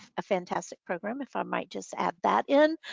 a fantastic program if i might just add that in,